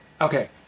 Okay